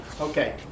Okay